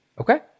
Okay